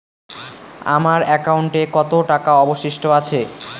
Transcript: আমার একাউন্টে কত টাকা অবশিষ্ট আছে?